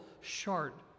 short